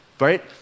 right